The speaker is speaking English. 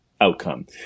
outcome